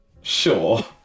Sure